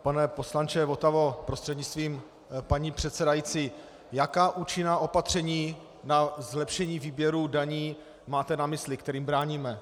Pane poslanče Votavo prostřednictvím paní předsedající, jaká účinná opatření na zlepšení výběru daní máte na mysli, kterým bráníme?